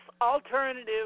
alternative